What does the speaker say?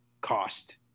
cost